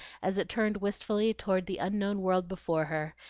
as it turned wistfully toward the unknown world before her,